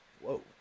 Whoa